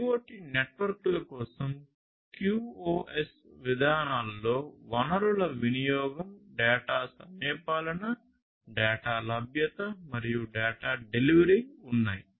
IoT నెట్వర్క్ల కోసం QoS విధానాలలో వనరుల వినియోగం డేటా సమయపాలన డేటా లభ్యత మరియు డేటా డెలివరీ ఉన్నాయి